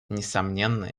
несомненно